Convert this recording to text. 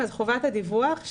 חובת הדיווח,